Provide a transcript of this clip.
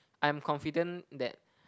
I'm confident that